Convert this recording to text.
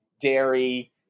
dairy